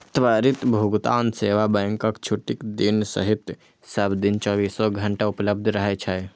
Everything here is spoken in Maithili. त्वरित भुगतान सेवा बैंकक छुट्टीक दिन सहित सब दिन चौबीसो घंटा उपलब्ध रहै छै